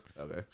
Okay